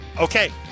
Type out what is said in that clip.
okay